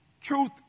truth